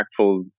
impactful